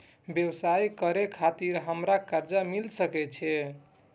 व्यवसाय करे खातिर हमरा कर्जा मिल सके छे?